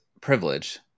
privilege